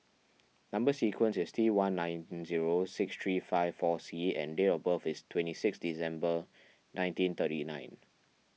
Number Sequence is T one nine zero six three five four C and date of birth is twenty six December nineteen thirty nine